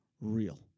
real